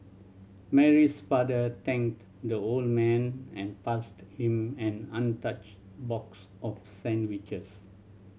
Mary's father thanked the old man and passed him an untouched box of sandwiches